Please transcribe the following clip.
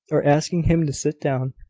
or asking him to sit down.